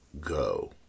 go